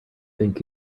think